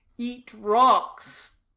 eat rocks,